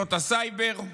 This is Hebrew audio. ביחידות הסייבר,